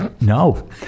no